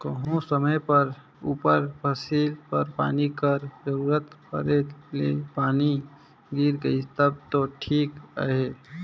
कहों समे परे उपर फसिल बर पानी कर जरूरत परे ले पानी गिर गइस तब दो ठीक अहे